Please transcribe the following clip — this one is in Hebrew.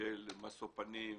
של משוא פנים,